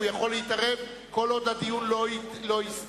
הוא יכול להתערב כל עוד הדיון לא הסתיים.